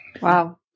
Wow